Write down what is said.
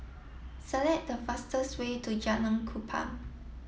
select the fastest way to Jalan Kupang